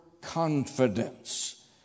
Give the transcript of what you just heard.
confidence